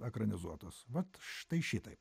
ekranizuotos vat štai šitaip